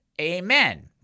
Amen